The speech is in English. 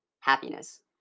happiness